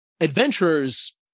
adventurers